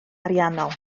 ariannol